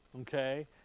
Okay